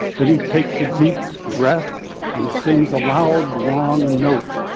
then he takes a deep breath and sings a loud, long note.